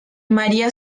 maría